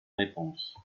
réponse